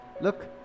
Look